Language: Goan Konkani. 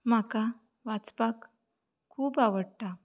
म्हाका वाचपाक खूब आवडटा